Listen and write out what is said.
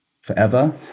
forever